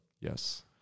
Yes